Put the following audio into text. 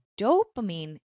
dopamine